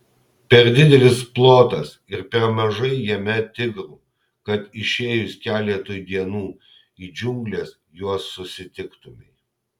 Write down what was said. per didelis plotas ir per mažai jame tigrų kad išėjus keletui dienų į džiungles juos susitiktumei